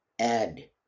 add